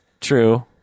True